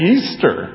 Easter